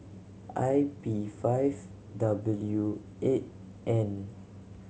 I P five W eight N